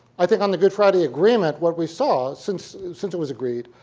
i think on the good friday agreement, what we saw since since it was agreed,